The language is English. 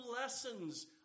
lessons